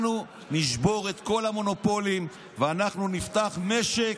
אנחנו נשבור את כל המונופולים ואנחנו נפתח משק,